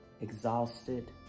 exhausted